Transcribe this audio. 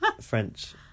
French